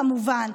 כמובן,